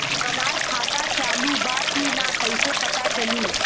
हमार खाता चालू बा कि ना कैसे पता चली?